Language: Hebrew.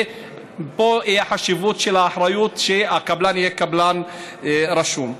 ופה תהיה חשיבות של האחריות שהקבלן יהיה קבלן רשום.